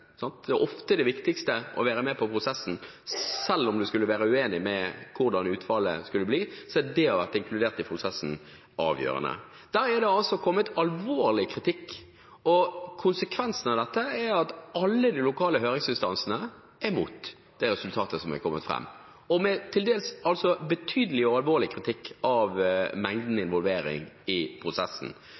Selv om en skulle være uenig i utfallet, er det å ha vært inkludert i prosessen avgjørende. Men der har det altså kommet alvorlig kritikk, og konsekvensen av dette er at alle de lokale høringsinstansene er imot det resultatet som er kommet fram, og med til dels betydelig og alvorlig kritikk av mengden involvering i prosessen.